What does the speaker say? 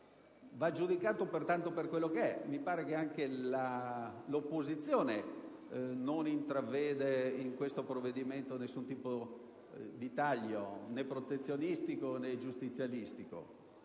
va giudicato, pertanto, per quello che è. Mi pare che anche l'opposizione non intraveda in questo provvedimento nessun tipo di taglio, né protezionistico né giustizialistico.